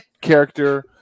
character